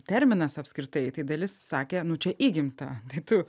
terminas apskritai tai dalis sakė nu čia įgimta tai tu